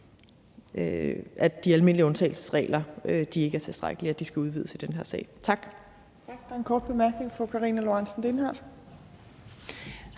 at de almindelige undtagelsesregler ikke er tilstrækkelige, og at de skal udvides i den her sag. Tak.